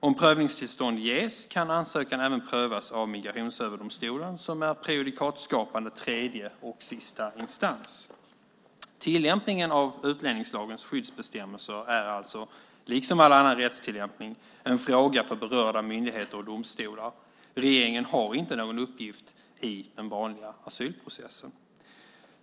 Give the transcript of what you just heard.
Om prövningstillstånd ges kan ansökan även prövas av Migrationsöverdomstolen, som är prejudikatskapande tredje och sista instans. Tillämpningen av utlänningslagens skyddsbestämmelser är alltså, liksom all annan rättstillämpning, en fråga för berörda myndigheter och domstolar. Regeringen har inte någon uppgift i den vanliga asylprocessen.